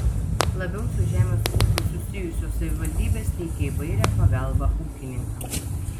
labiau su žemės ūkiu susijusios savivaldybės teikia įvairią pagalbą ūkininkams